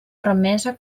remesa